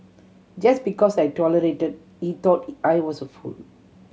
just because I tolerated he thought I was a fool